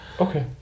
Okay